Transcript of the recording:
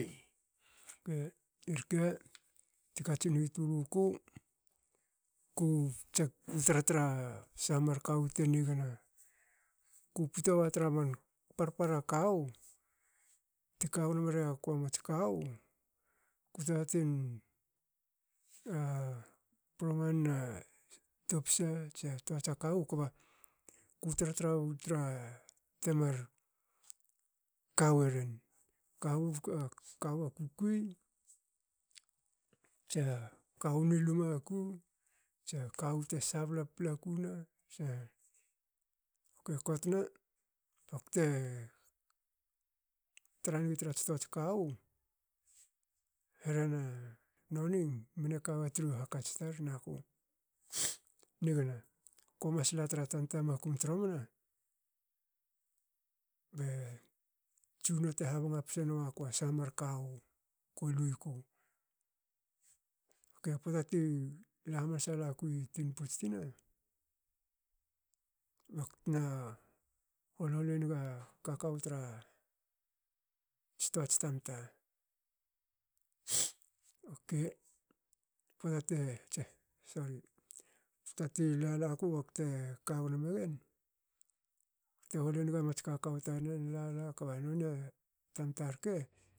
Irke tu katsin hitul wuku. ku jek ku tra tra sha mar kawu te nigna. ku pito wa tra man parpara kawu. ti ka gnomri iaku mats kawu, ku tatin proman a topse tsa tohats a kawu kba ku tra- tra wi tra temar ka weren. kawu a kukui. tsa kawu ni luma ku. tsa kawu te sabla papla ku neh tsa bte kotna bakte trangi trats toats kawu herena noni mne kawa tru hakats tar naku nigna komas la tra tanta makum tromna? Be tsunono te habnga psa nuaku. a sahamar kawu koluiku. Pota te la hamansa laku i tinputs tina. baktna holhol enga kakou trats tuats tamta okay pota ti lalaku bakte kagno megen bte hol enga mats kakou tanen lala kab none tamta rke